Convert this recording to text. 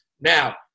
Now